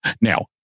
Now